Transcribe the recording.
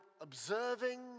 observing